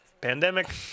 Pandemic